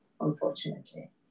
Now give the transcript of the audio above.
unfortunately